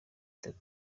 itatu